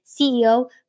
CEO